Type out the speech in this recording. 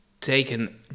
taken